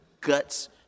guts